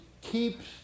keeps